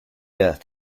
earth